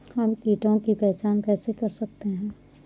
हम कीटों की पहचान कैसे कर सकते हैं?